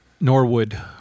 Norwood